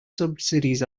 subsidies